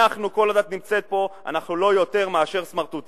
כל עוד את נמצאת פה, אנחנו לא יותר מאשר סמרטוטים.